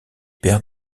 père